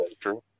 true